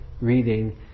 reading